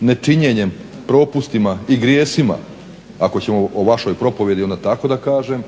nečinjenjem, propustima i grijesima, ako ćemo o vašoj propovjedi, onda tako da kažem,